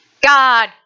God